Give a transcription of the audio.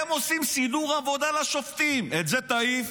הם עושים סידור עבודה לשופטים: את זה תעיף,